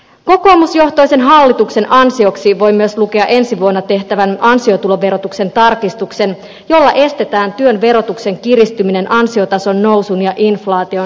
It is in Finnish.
kokoomusjohtoisen hallituksen ansioksi voi myös lukea ensi vuonna tehtävän ansiotuloverotuksen tarkistuksen jolla estetään työn verotuksen kiristyminen ansiotason nousun ja inflaation seurauksena